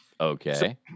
Okay